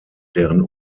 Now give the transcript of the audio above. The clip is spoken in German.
deren